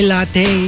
Latte